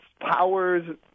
powers